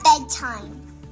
bedtime